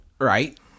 Right